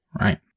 right